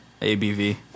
ABV